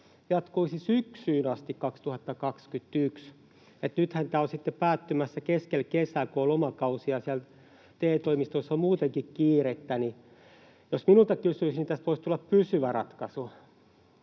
jatkuisi syksyyn 2021 asti, kun nythän tämä on sitten päättymässä keskellä kesää, kun on lomakausi ja siellä TE-toimistoissa on muutenkin kiirettä, niin jos minulta kysyisi, tästä voisi tulla pysyvä ratkaisu